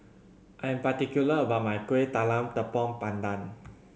I am particular about my Kueh Talam Tepong Pandan